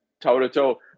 toe-to-toe